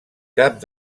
cap